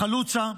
בחלוצה,